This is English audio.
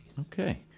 Okay